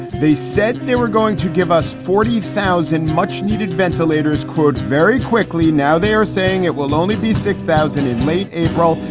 they said they were going to give us forty thousand much needed ventilators, quote, very quickly. now they are saying it will only be six thousand in late april.